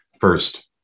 first